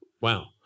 Wow